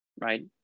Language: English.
right